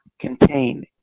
contain